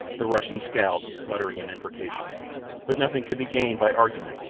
the russian scowled, muttering an imprecation but nothing could be gained by argument,